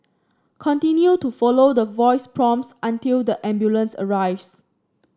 continue to follow the voice prompts until the ambulance arrives